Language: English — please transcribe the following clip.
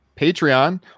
Patreon